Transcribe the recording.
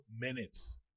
minutes